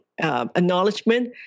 acknowledgement